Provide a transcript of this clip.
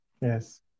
Yes